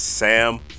Sam